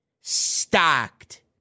stocked